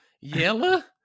Yella